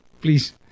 please